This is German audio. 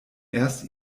erst